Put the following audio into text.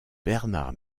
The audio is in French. bernard